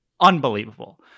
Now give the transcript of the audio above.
unbelievable